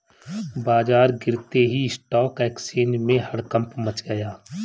बाजार गिरते ही स्टॉक एक्सचेंज में हड़कंप मच गया